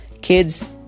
Kids